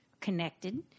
connected